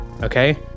Okay